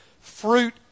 fruit